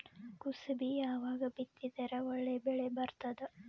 ಕುಸಬಿ ಯಾವಾಗ ಬಿತ್ತಿದರ ಒಳ್ಳೆ ಬೆಲೆ ಬರತದ?